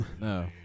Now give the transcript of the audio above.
No